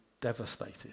devastated